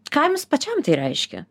ką jums pačiam tai reiškia